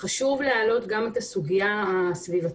חשוב להעלות גם את הסוגיה הסביבתית.